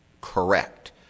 correct